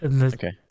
okay